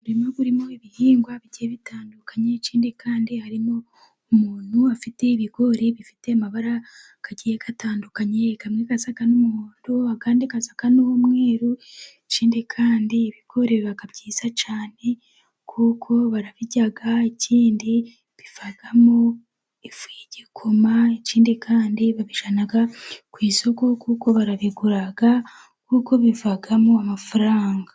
Umurima urimo ibihingwa bigiye bitandukanye, ikindi kandi, harimo umuntu afite ibigori bifite amabara agiye atandukanye. Amwe asa n'umukara, asa n'umweru ikiindi kandi ibigori biba byiza cyane, kuko barabirya, ikindi bivamo ifu y'igikoma, ikindi kandi babijyana ku isoko, kuko barabigura, kuko bivamo amafaranga.